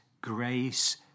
grace